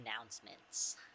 announcements